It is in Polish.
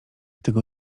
tego